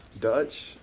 Dutch